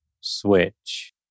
switch